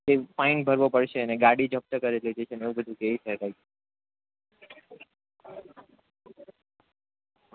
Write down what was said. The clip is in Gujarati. એ ફાઈન ભરવો પડશે અને ગાડી જપ્ત કરી લીધી છે ને એવું બધું કહે છે કંઈક